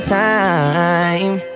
time